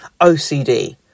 OCD